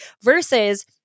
Versus